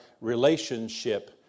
relationship